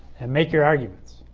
and make your arguments.